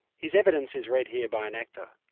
his evidence is read here by an actor.